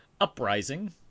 Uprising